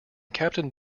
captain